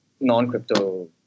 non-crypto